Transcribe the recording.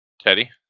Teddy